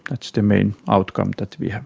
that's the main outcome that we have.